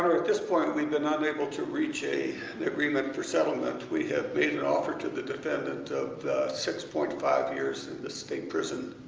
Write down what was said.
at this point, we've been not able to reach a agreement for settlement. we have made an offer to the defendant of six point five years in the state prison,